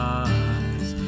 eyes